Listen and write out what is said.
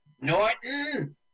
Norton